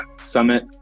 summit